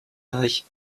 deich